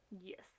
Yes